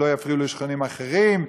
שלא יפריעו לשכנים אחרים,